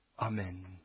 amen